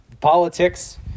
politics